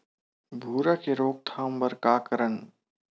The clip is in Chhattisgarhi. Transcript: भूरा के रोकथाम बर का करन?